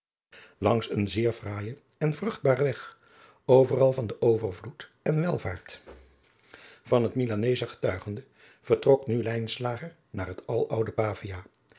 langs een zeer fraaijen en vruchtbaren weg overal van de overvloed en welvaart van het milanesche getuigende vertrok nu lijnslager naar het aloude pavia